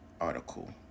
article